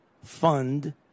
fund